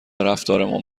رفتارمان